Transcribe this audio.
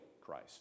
Christ